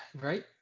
right